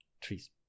trees